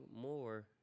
more